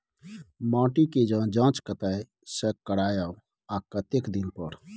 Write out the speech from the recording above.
माटी के ज जॉंच कतय से करायब आ कतेक दिन पर?